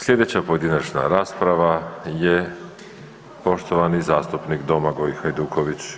Slijedeća pojedinačna rasprava je poštovani zastupnik Domagoj Hajduković.